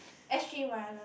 s_g wireless